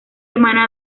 hermana